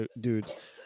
dudes